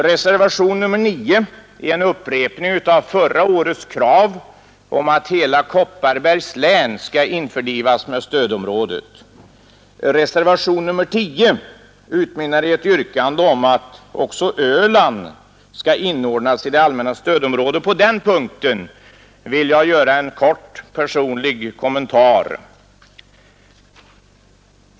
Reservationen 9 är en upprepning av förra årets krav att hela Kopparbergs län skall införlivas med allmänna stödområdet. Reservationen 10 utmynnar i ett yrkande om att också Öland skall inordnas i det allmänna stödområdet. På den punkten vill jag göra en kort kommentar.